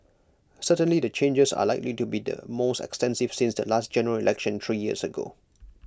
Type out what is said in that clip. certainly the changes are likely to be the most extensive since the last General Election three years ago